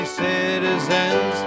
citizens